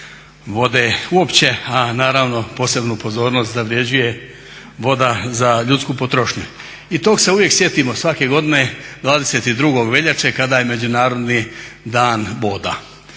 vode uopće, a naravno posebnu pozornost zavređuje voda za ljudsku potrošnju. I toga se uvije sjetimo svake godine 22.veljače kada je Međunarodni dan voda.